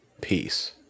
Peace